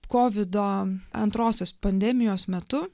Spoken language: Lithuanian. kovido antrosios pandemijos metu